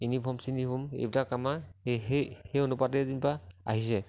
uniform চিউনিফৰ্ম এইবিলাক আমাৰ এই সেই সেই অনুপাতে যেনিবা আহিছে